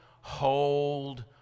hold